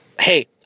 Hey